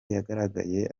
yagaragaye